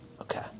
okay